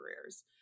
careers